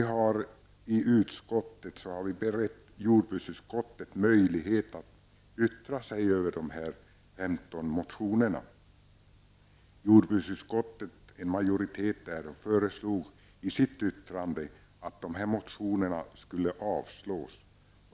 Skatteutskottet har berett jordbruksutskottet möjlighet att yttra sig över de 15 motionerna. En majoritet i jordbruksutskottet har i sitt yttrande föreslagit att motionerna skall avslås.